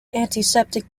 antiseptic